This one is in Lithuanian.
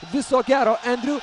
viso gero endriu